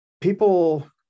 people